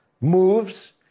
moves